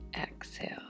exhale